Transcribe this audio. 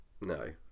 no